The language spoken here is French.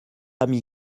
ami